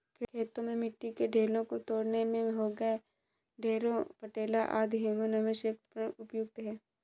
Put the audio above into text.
खेतों में मिट्टी के ढेलों को तोड़ने मे हेंगा, हैरो, पटेला आदि नामों से एक उपकरण प्रयुक्त होता है